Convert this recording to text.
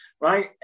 right